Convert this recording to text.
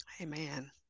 Amen